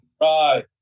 right